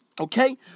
Okay